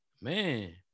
Man